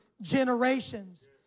generations